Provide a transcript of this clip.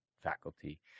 faculty